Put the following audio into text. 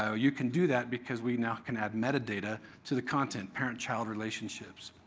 so you can do that because we now can add metadata to the content, parent-child relationships.